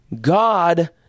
God